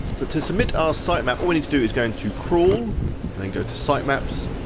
but to submit our sitemap, all you need to do is go into crawl and then go to sitemaps.